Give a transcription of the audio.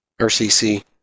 RCC